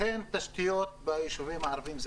לכן תשתיות בישובים הערביים,